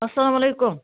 اسلام علیکُم